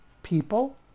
People